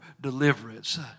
deliverance